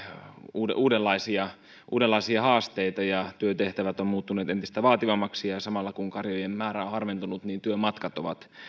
uudenlaisia uudenlaisia haasteita työtehtävät ovat muuttuneet entistä vaativammiksi ja ja samalla kun karjojen määrä on harventunut työmatkat ovat